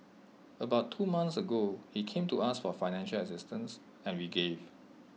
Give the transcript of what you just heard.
about two months ago he came to us for financial assistance and we gave